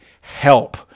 help